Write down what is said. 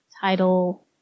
title